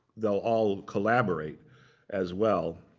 they'll all collaborate as well.